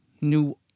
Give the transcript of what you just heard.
new